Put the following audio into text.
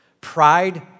Pride